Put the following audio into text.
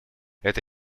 это